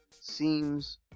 seems